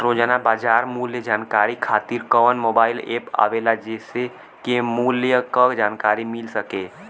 रोजाना बाजार मूल्य जानकारी खातीर कवन मोबाइल ऐप आवेला जेसे के मूल्य क जानकारी मिल सके?